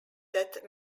that